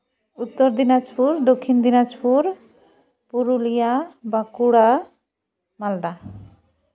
Uttar Dinajpur Dakshin Dinajpur Purulia Bankura Malda